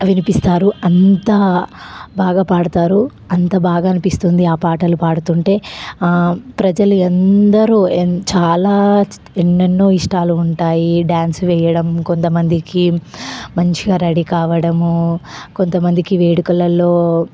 వినిపిస్తారు అంత బాగా పాడుతారు అంత బాగా అనిపిస్తుంది ఆ పాటలు పాడుతుంటే ప్రజలు ఎందరో చాలా ఎన్నెన్నో ఇష్టాలు ఉంటాయి డాన్స్ వేయడం కొంతమందికి మంచిగా రెడీ కావడము కొంతమందికి వేడుకలలో